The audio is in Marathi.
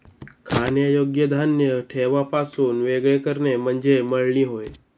खाण्यायोग्य धान्य देठापासून वेगळे करणे म्हणजे मळणी होय